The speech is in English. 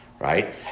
right